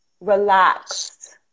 relaxed